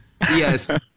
Yes